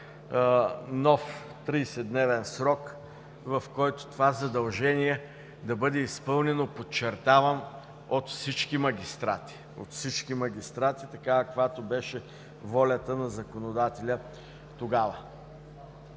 нов 30-дневен срок, в който това задължение да бъде изпълнено, подчертавам, от всички магистрати – от всички магистрати, такава каквато беше волята на законодателя тогава.